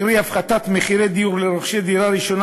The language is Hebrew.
קרי הפחתת מחירי דיור לרוכשי דירה ראשונה